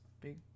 big